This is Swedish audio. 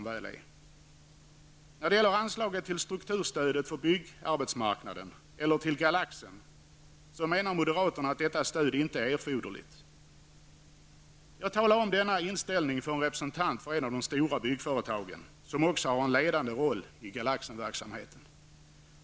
När det gäller anslaget till strukturstödet för byggarbetsmarknaden eller till Galaxen menar moderaterna att detta stöd inte är erforderligt. Jag berättade om denna inställning för en representant för en av de stora byggföretagen, som också har en ledande roll i Galaxenverksamheten.